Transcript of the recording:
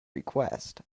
request